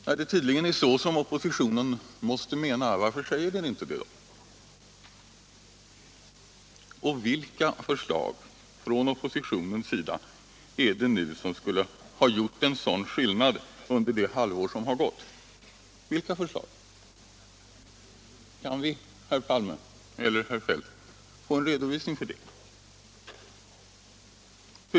När det tydligen är så oppositionen måste mena, varför säger den inte det då? Och vilka förslag från oppositionens sida är det nu som skulle ha gjort en sådan skillnad under det halvår som gått? Vilka förslag? Kan vi, herr Palme eller herr Feldt, få en redovisning för det?